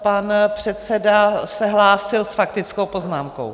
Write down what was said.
Pan předseda se hlásil s faktickou poznámkou.